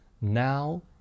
now